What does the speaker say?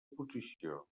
posició